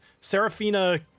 Serafina